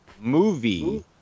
movie